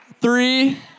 three